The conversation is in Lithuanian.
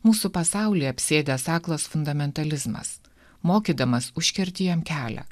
mūsų pasaulį apsėdęs aklas fundamentalizmas mokydamas užkerti jam kelią